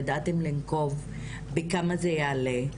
ידעתם לנקוב בכמה זה יעלה,